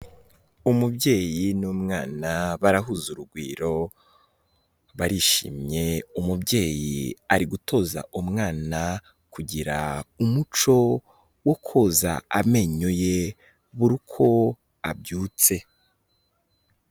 Umubyeyi n'umwana barahuza urugwiro, barishimye, umubyeyi ari gutoza umwana, kugira umuco wo koza amenyo ye buri uko abyutse.